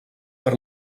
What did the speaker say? per